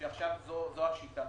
שעכשיו זאת השיטה.